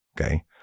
okay